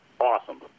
awesome